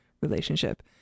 relationship